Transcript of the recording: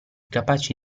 capaci